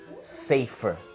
Safer